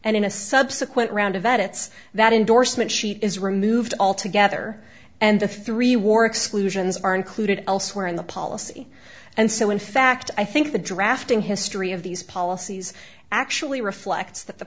and in a subsequent round of edits that endorsement sheet is removed altogether and the three war exclusions are included elsewhere in the policy and so in fact i think the drafting history of these policies actually reflects th